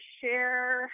share